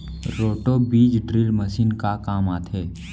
Roto बीज drill machine का काम आथे?